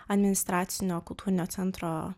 administracinio kultūrinio centro